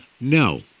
No